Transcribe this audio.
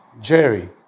Jerry